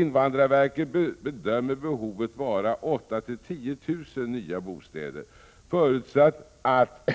Invandrarverket bedömer behovet vara 8 000-10 000 nya bostäder per år förutsatt att